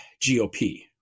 GOP